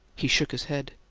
he shook his head.